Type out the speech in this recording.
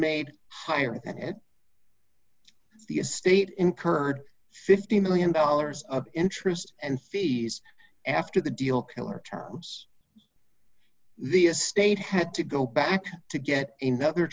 made higher than the estate incurred fifty million dollars of interest and fees after the deal killer terms the estate had to go back to get in the other